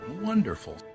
Wonderful